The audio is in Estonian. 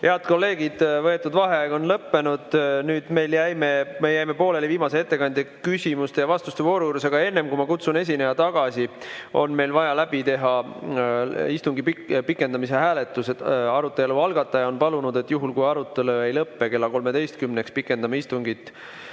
Head kolleegid, võetud vaheaeg on lõppenud. Me jäime pooleli viimase ettekandja küsimuste ja vastuste vooru juures. Aga enne kui ma kutsun esineja tagasi, on meil vaja läbi teha istungi pikendamise hääletus. Arutelu algataja on palunud, et juhul, kui arutelu ei lõpe kella 13-ks, pikendame istungit